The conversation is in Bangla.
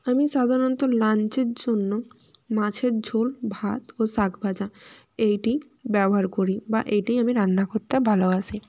আমি সাধারণত লাঞ্চের জন্য মাছের ঝোল ভাত ও শাকভাজা এইটিই ব্যবহার করি বা এইটিই আমি রান্না করতে ভালোবাসি